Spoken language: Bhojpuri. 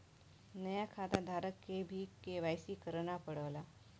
नया खाताधारक के भी के.वाई.सी करना पड़ला